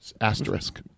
Asterisk